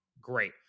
Great